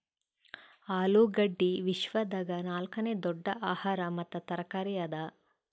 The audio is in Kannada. ಆಲೂಗಡ್ಡಿ ವಿಶ್ವದಾಗ್ ನಾಲ್ಕನೇ ದೊಡ್ಡ ಆಹಾರ ಮತ್ತ ತರಕಾರಿ ಅದಾ